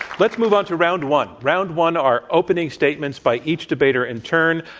let's move on to round one. round one are opening statements by each debater in turn.